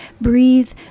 Breathe